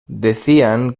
decían